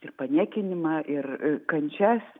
ir paniekinimą ir kančias